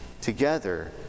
together